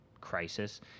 crisis